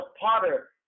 Potter